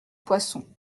poisson